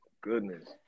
Goodness